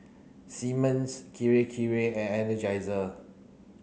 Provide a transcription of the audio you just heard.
Simmons Kirei Kirei and Energizer